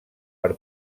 per